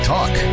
Talk